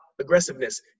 aggressiveness